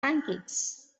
pancakes